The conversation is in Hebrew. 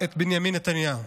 את בנימין נתניהו.